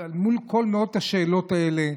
אבל מול כל מאות השאלות האלה,